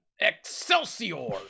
excelsior